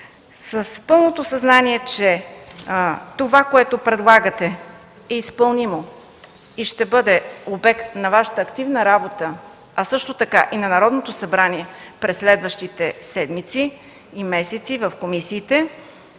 С пълното съзнание, че предлаганото от Вас е изпълнимо и ще бъде обект на Вашата активна работа, а също така и на Народното събрание през следващите седмици и месеци в комисиите,